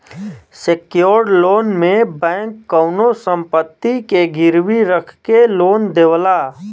secured loan में bank कउनो संपत्ति के गिरवी रखके लोन देवला